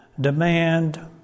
demand